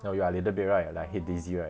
no you're little bit right like head dizzy right